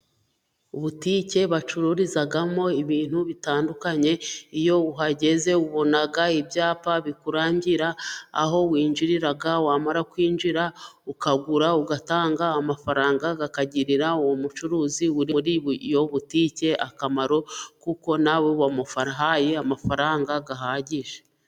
Bbutike bacururizamo ibintu bitandukanye iyo uhageze ubona ibyapa bikurangira aho winjiriraraga, wamara kwinjira ukagura, ugatanga amafaranga akagirira uwo mucuruzi uri muri iyo butike akamaro kuko nawe wamuhaye amafaranga ahagije.